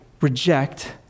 reject